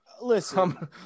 Listen